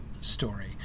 story